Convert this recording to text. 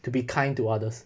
to be kind to others